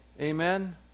Amen